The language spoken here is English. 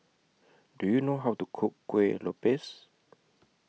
Do YOU know How to Cook Kuih Lopes